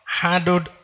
handled